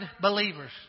believers